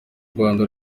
rwanda